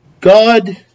God